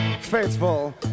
Faithful